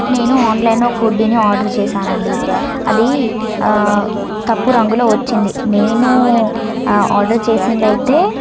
నేను ఆన్లైన్లో ఒక హుడ్డీని ఆర్డర్ చేసాను అండి అది తప్పు రంగులో వచ్చింది నేను ఆర్డర్ చేసింది అయితే